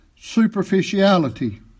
superficiality